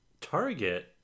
Target